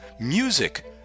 Music